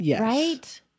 right